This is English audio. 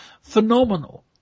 phenomenal